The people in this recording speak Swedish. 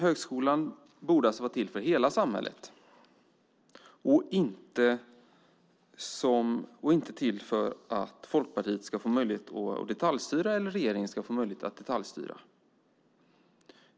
Högskolan borde alltså vara till för hela samhället och inte till för att Folkpartiet och regeringen ska få möjlighet att detaljstyra.